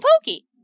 Pokey